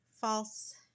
false